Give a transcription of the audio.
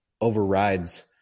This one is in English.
overrides